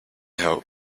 help